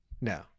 no